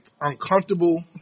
uncomfortable